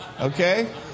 okay